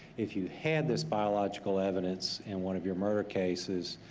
if you had this biological evidence in one of your murder cases,